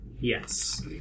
Yes